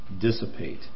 dissipate